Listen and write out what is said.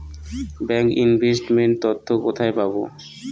Bank investment তথ্য কোথায় পাব?